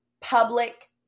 public